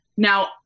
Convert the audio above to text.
Now